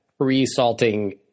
pre-salting